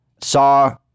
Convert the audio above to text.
saw